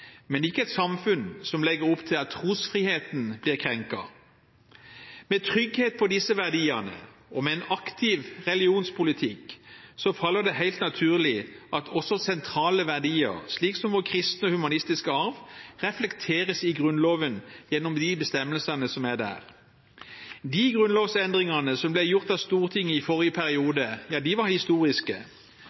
men ikke et samfunn som legger opp til at trosfriheten blir krenket. Med trygghet på disse verdiene og med en aktiv religionspolitikk faller det helt naturlig at også sentrale verdier, slik som vår kristne og humanistiske arv, reflekteres i Grunnloven gjennom de bestemmelsene som er der. De grunnlovsendringene som ble gjort av Stortinget i forrige periode, var historiske.